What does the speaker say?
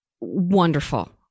Wonderful